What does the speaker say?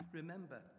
Remember